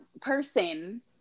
person